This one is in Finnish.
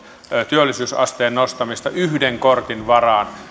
työllisyysasteen nostamista yhden kortin varaan